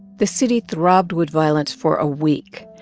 the city throbbed with violence for a week.